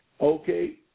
Okay